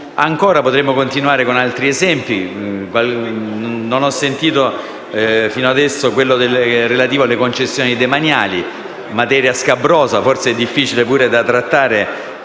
dicevo, potremmo continuare con altri esempi: non ho sentito finora citare quello relativo alle concessioni demaniali, che è materia scabrosa, forse difficile anche da trattare